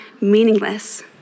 meaningless